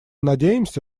надеемся